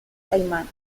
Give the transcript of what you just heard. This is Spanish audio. caimán